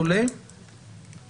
התשובה היא כן.